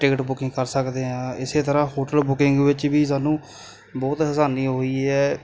ticket booking ਕਰ ਸਕਦੇ ਹਾਂ ਇਸੇ ਤਰ੍ਹਾਂ ਹੋਟਲ ਬੁਕਿੰਗ ਵਿੱਚ ਵੀ ਸਾਨੂੰ ਬਹੁਤ ਅਸਾਨੀ ਹੋਈ ਹੈ